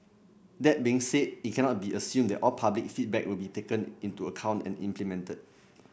that being said it cannot be assumed that all public feedback will be taken into account and implemented